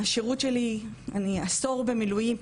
השירות שלי אני עשור במילואים,